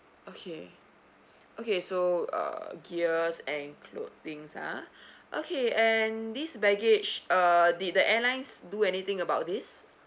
okay okay so uh gears and clothing ah okay and this baggage uh did the airlines do anything about this